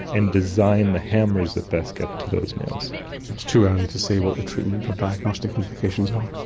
and design the hammers that best get to those nails. so it's too early to say what the treatment or diagnostic implications are.